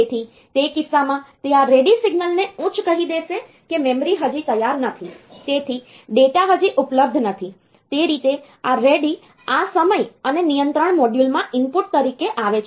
તેથી તે કિસ્સામાં તે આ રેડી સિગ્નલને ઉચ્ચ કહી દેશે કે મેમરી હજી તૈયાર નથી તેથી ડેટા હજી ઉપલબ્ધ નથી તે રીતે આ રેડી આ સમય અને નિયંત્રણ મોડ્યુલમાં ઇનપુટ તરીકે આવે છે